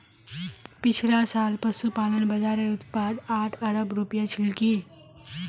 पिछला साल पशुपालन बाज़ारेर उत्पाद आठ अरब रूपया छिलकी